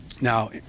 Now